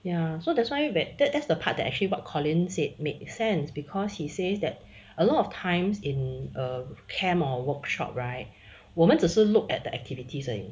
ya so that's why that that's the part that actually what colin said made sense because he says that a lot of times in a camp or workshop right 我们只是 look at the activities 而已